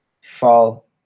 fall